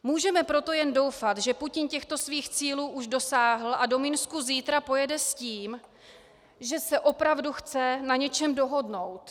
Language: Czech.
Můžeme proto jen doufat, že Putin těchto svých cílů už dosáhl a do Minsku zítra pojede s tím, že se opravdu chce na něčem dohodnout.